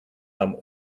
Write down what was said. them